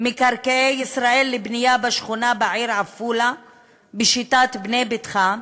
מקרקעי ישראל לבנייה בשכונה בעיר עפולה בשיטת "בנה ביתך"